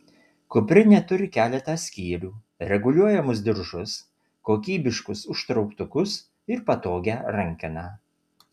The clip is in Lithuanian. kuprinė turi keletą skyrių reguliuojamus diržus kokybiškus užtrauktukus ir patogią rankeną